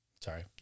Sorry